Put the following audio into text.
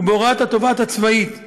ובהוראת התובעת הצבאית הראשית,